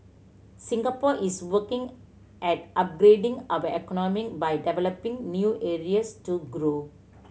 Singapore is working at upgrading our economy by developing new areas to grow